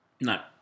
No